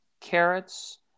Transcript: carrots